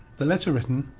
the letter written,